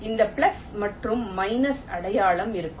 எனவே அந்த பிளஸ் மற்றும் மைனஸில் அடையாளம் இருக்கும்